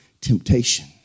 temptation